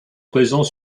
présent